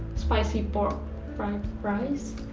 spicy pork fried rice,